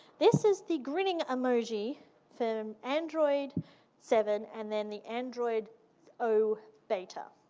this is the grinning emoji for um android seven and then the android o beta.